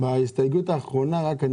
אני רוצה לתת לך כמה.